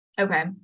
Okay